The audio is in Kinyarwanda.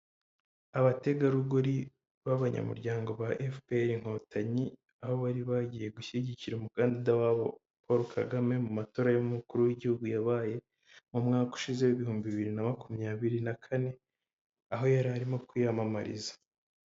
Abategarugori b'abanyamuryango ba FPR inkotanyi, aho bari bagiye gushyigikira umukandida wabo Paul Kagame mu matora y'umukuru w'Igihugu yabaye mu mwaka ushize w'ibihumbi bibiri na makumyabiri na kane, aho yari arimo kwiyamamariza.